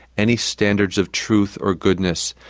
any standards of truth or goodness.